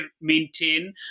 maintain